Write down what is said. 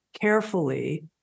carefully